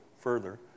further